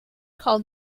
called